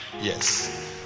yes